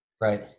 Right